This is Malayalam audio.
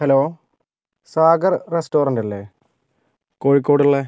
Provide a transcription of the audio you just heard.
ഹലോ സാഗർ റെസ്റ്റോരൻ്റല്ലേ കോഴിക്കോടുള്ളേ